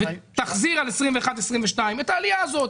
תחזיר על 21' ו-22' את העלייה הזאת,